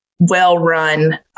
Well-run